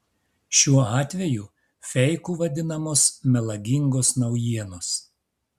šiuo atveju feiku vadinamos melagingos naujienos